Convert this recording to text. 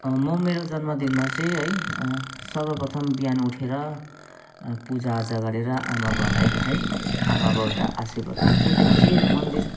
म मेरो जन्मदिनमा चाहिँ है सर्वप्रथम बिहान उठेर पूजाआजा गरेर आमाबुबालाई है आमाबुबाबाट आशीर्वाद लिन्छु त्यसपछि मन्दिर